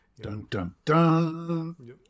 Dun-dun-dun